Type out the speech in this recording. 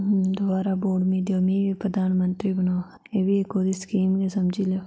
की दोबारा वोट मिगी देओ ते मिगी प्रधानमंत्री बनाओ ते एह्बी ओह्दी इक्क स्कीम समझी लैओ